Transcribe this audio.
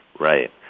Right